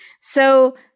So-